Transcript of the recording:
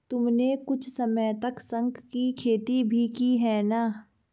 तुमने कुछ समय तक शंख की खेती भी की है ना?